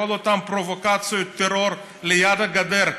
כל אותן פרובוקציות טרור ליד הגדר,